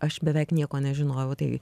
aš beveik nieko nežinojau tai